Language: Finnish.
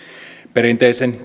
perinteisen